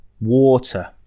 ...water